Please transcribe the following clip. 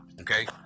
okay